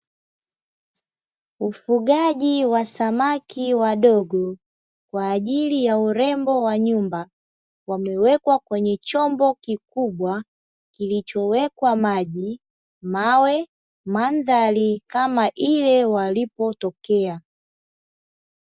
Ufugaji wa samaki wadogo kwa ajili ya urembo wa nyumba. Wamewekwa kwenye chombo kikubwa kilichowekwa maji, mawe, madhari kama ile walipotokea.